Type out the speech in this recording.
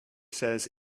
says